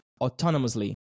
autonomously